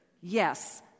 Yes